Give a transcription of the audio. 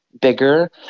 bigger